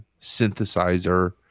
synthesizer